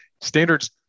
standards